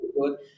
good